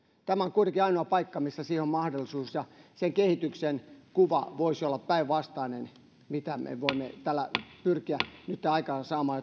tämä on kuitenkin ainoa paikka missä siihen on mahdollisuus ja sen kehityksen kuva voisi olla päinvastainen sille mitä hyvää tulosta me voimme tällä pyrkiä nytten aikaansaamaan